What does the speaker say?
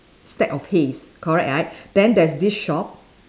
stack of hays correct right then there's this shop